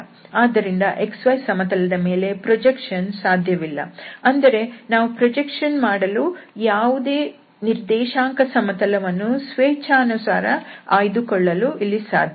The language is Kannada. ಆದ್ದರಿಂದ x y ಸಮತಲ ದ ಮೇಲೆ ಪ್ರೊಜೆಕ್ಷನ್ ಸಾಧ್ಯವಿಲ್ಲ ಅಂದರೆ ನಾವು ಪ್ರೊಜೆಕ್ಟ್ ಮಾಡಲು ಯಾವುದೇ ನಿರ್ದೇಶಾಂಕ ಸಮತಲವನ್ನು ಸ್ವೇಚ್ಛಾನುಸಾರ ಆಯ್ದುಕೊಳ್ಳಲು ಸಾಧ್ಯವಿಲ್ಲ